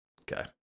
Okay